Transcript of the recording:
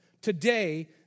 Today